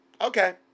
okay